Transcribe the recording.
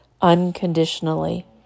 unconditionally